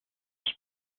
this